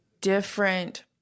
different